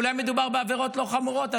אולי מדובר בעבירות לא חמורות,